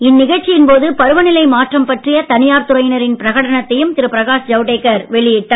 இந்நிகழ்ச்சியின் போது பருவநிலை மாற்றம் பற்றிய தனியார் துறையினரின் பிரகடனத்தையும் திரு பிரகாஷ் ஜவடேகர் வெளியிட்டார்